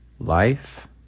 Life